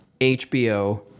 HBO